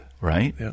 Right